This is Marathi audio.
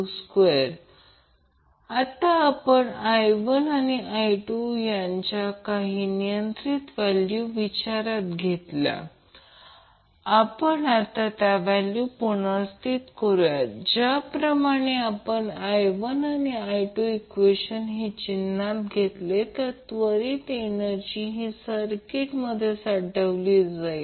तर या प्रकरणात काय घडत आहे की या समीकरण 3 मधून ते रेझोनन्ससाठी ते ZC 4 4RL 2 XC 2 असणे आवश्यक आहे ते 0 पेक्षा मोठे असणे आवश्यक आहे कारण ते 2 √ आहे ते पॉझिटिव्हअसावे तर त्या प्रकरणात L ची दोन मूल्ये मिळतील ज्यासाठी सर्किट रेसोनेट होईल